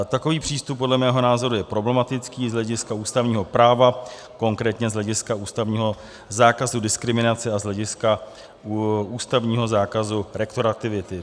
Takový přístup podle mého názoru je problematický z hlediska ústavního práva, konkrétně z hlediska ústavního zákazu diskriminace a z hlediska ústavního zákazu retroaktivity.